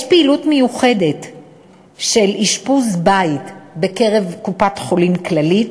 יש פעילות מיוחדת של אשפוז-בית במסגרת קופת-חולים כללית,